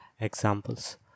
examples